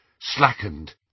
slackened